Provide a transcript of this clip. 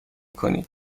کنید